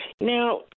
Now